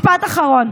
משפט אחרון.